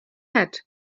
head